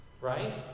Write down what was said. Right